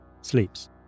sleeps